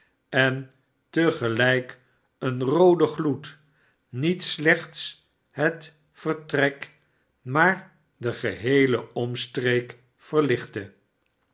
en te gehjk een roode gloed niet slechts het vertrek maar de geheele omstreek verlichtte